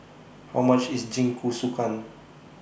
How much IS Jingisukan